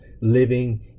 living